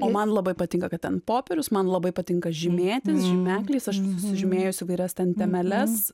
o man labai patinka kad ten popierius man labai patinka žymėtis žymekliais aš susižymėjus įvairias ten temeles